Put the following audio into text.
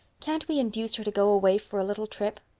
can't we induce her to go away for a little trip?